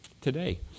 today